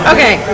Okay